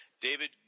David